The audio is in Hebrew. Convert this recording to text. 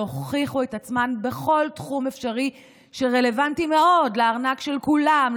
שהוכיחו את עצמן בכל תחום אפשרי שרלוונטי מאוד לארנק של כולם,